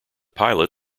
pilot